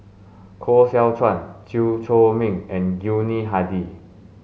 Koh Seow Chuan Chew Chor Meng and Yuni Hadi